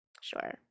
sure